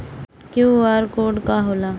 QR code का होला?